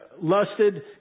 lusted